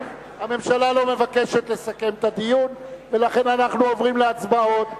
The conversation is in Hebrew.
הממשלה לא מבקשת לסכם את הדיון ולכן אנחנו עוברים להצבעות.